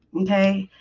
okay.